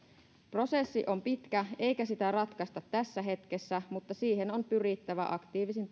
prosessi on pitkä eikä sitä ratkaista tässä hetkessä mutta siihen on pyrittävä aktiivisin